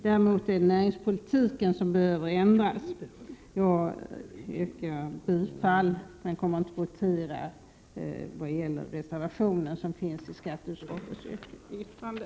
Däremot behöver det ske ändringar i näringspolitiken. Jag yrkar bifall till reservationen i skatteutskottets yttrande, men jag kommer inte att begära votering.